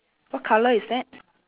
what colour is that